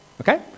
Okay